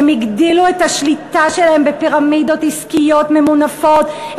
הן הגדילו את השליטה שלהן בפירמידות עסקיות ממונפות,